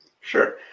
Sure